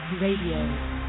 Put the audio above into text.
Radio